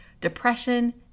depression